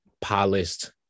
polished